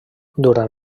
durant